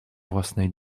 własnej